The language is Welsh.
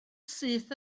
syth